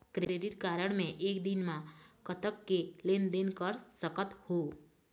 Credit card मे एक दिन म कतक के लेन देन कर सकत हो?